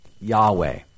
Yahweh